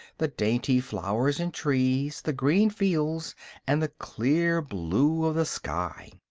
the dainty flowers and trees, the green fields and the clear blue of the sky.